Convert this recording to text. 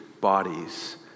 bodies